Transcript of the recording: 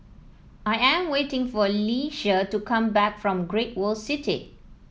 I am waiting for Leisha to come back from Great World City